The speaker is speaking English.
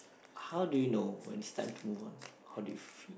how do you know when it's time to move on like how do you feel